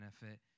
benefit